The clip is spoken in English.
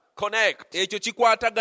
connect